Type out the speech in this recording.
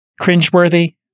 cringeworthy